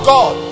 God